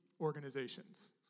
organizations